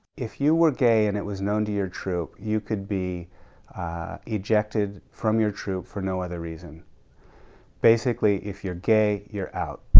if you were gay and it was known to your troop, you could be ejected from your troop for no other reason basically if you're gay, you're out